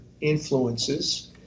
influences